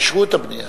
אישרו את הבנייה.